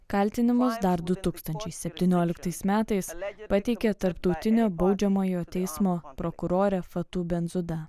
kaltinimus dar du tūkstančiai septynioliktais metais pateikė tarptautinio baudžiamojo teismo prokurorė fatu benzuda